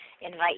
invite